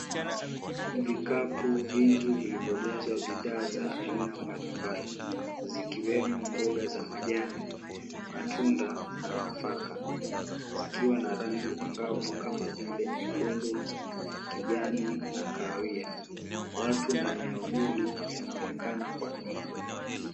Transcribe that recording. Vikapu vingi vilivyojazwa aina mbalimbali zikiwemo mboga za majani, matunda na nafaka, zikiwa na rangi angavu kama vile nyekundu, kijani na kahawia. Watu na miavuli wanaonekana kwa nyuma.